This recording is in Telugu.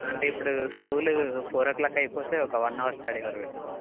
అంటే ఇప్పుడు స్కూలు ఫోర్ ఓ క్లాక్కి అయిపోతే ఒక వన్ అవర్ స్టడీ అవర్ పెడతాం